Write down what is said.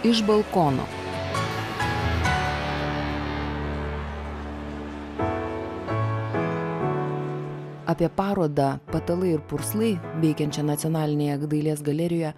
iš balkono apie parodą patalai ir purslai veikiančią nacionalinėje dailės galerijoje